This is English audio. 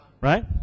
right